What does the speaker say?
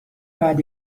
بعد